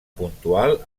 puntual